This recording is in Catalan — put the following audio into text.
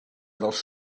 dels